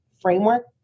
framework